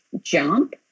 jump